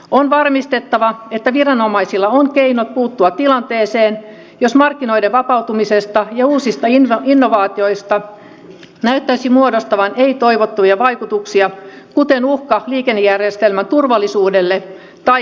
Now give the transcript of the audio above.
on varmistettava että viranomaisilla on keinot puuttua tilanteeseen jos markkinoiden vapautumisesta ja uusista innovaatioista näyttäisi muodostuvan ei toivottuja vaikutuksia kuten uhka liikennejärjestelmän turvallisuudelle tai kestävyydelle